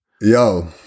Yo